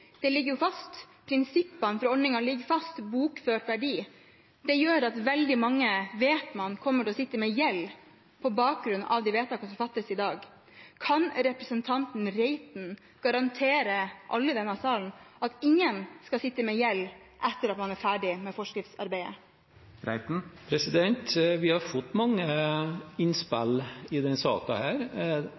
dette, ligger fast. Prinsippene for ordningen ligger fast – bokført verdi. Det gjør at veldig mange, vet man, kommer til å sitte med gjeld på bakgrunn av de vedtakene som fattes i dag. Kan representanten Reiten garantere alle i denne salen at ingen skal sitte med gjeld etter at man er ferdig med forskriftsarbeidet? Vi har fått mange innspill i